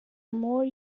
more